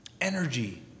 Energy